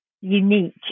unique